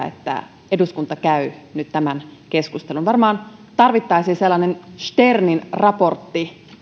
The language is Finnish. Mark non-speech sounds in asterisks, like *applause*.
*unintelligible* että eduskunta käy nyt tämän keskustelun varmaan tarvittaisiin sellainen sternin raportti